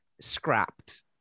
Scrapped